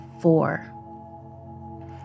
four